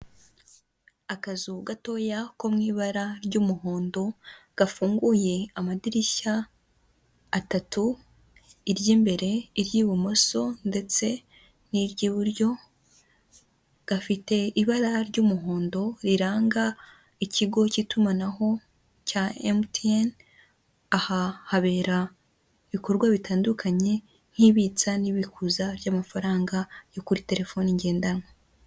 Akazu gatoya ko mu ibara ry'umuhondo gafunguye amadirishya atatu, iry'imbere iry'ibumoso ndetse n'iry'iburyo gafite ibara ry'umuhondo riranga ikigo cy'itumanaho cya emutiyeni, aha habera ibikorwa bitandukanye nk'ibitsa n'ibikuza ry'amafaranga yo kuri telefoni ngendanwa.